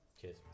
cheers